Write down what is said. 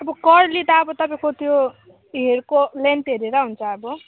अब कर्ली त अब तपाईँको त्यो हेयरको लेन्थ हेरेर हुन्छ अब